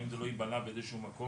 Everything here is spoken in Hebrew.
האם זה לא ייבלע באיזה שהוא מקום?